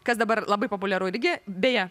kas dabar labai populiaru irgi beje